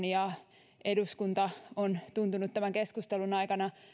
ja eduskunta on tuntunut tämän keskustelun aikana